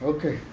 Okay